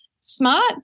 smart